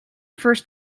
first